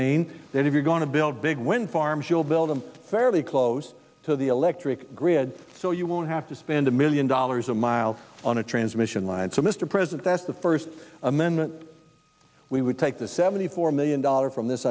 mean that if you're going to build big wind farms you'll build them fairly close to the electric grid so you won't have to spend a million dollars a mile on a transmission line to mr president that's the first amendment we would take the seventy four million dollars from this